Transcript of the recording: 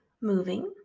moving